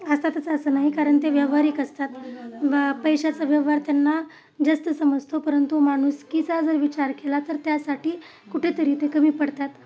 असतातच असं नाही कारण ते व्यवहारिक असतात व पैशाचा व्यवहार त्यांना जास्त समजतो परंतु माणूसकीचा जर विचार केला तर त्यासाठी कुठेतरी ते कमी पडतात